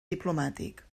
diplomàtic